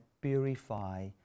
purify